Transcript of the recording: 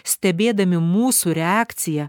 stebėdami mūsų reakciją